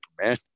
man